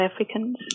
Africans